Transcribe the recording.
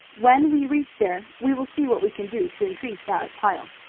when we reach there we will see what we can do to increase our pile.